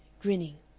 grinning.